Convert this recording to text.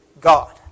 God